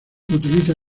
utiliza